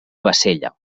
bassella